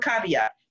caveat